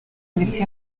ndetse